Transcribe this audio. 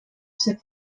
ser